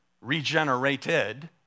regenerated